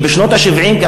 כי בשנות ה-70,